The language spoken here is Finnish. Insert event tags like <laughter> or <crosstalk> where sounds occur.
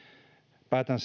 päätän <unintelligible>